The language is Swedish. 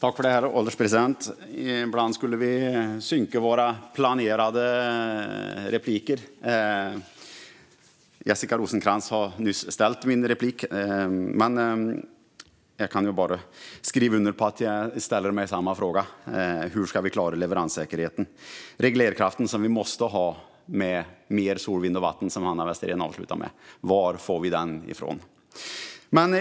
Herr ålderspresident! Ibland skulle vi synka våra planerade repliker. Jessica Rosencrantz ställde nyss den fråga jag hade tänkt ställa: Hur ska vi klara leveranssäkerheten? Varifrån får vi den reglerkraft som vi måste ha med mer sol, vind och vatten, som Hanna Westerén avslutade med?